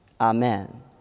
Amen